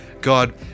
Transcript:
God